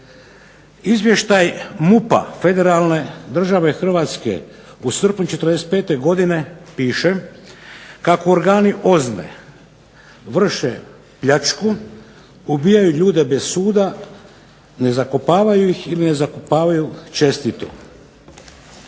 Hrvatske u srpnju '45. godine piše kako organi OZNA-e vrše pljačku, ubijaju ljude bez suda, ne zakopavaju ih ili ne zakopavaju čestito.